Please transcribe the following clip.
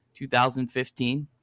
2015